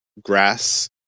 grass